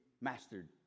mastered